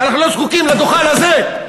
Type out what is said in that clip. ואנחנו לא זקוקים לדוכן הזה,